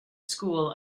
school